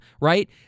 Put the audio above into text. right